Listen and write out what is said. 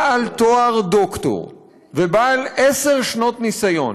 בעל תואר דוקטור ובעל עשר שניות ניסיון,